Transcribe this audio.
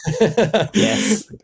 Yes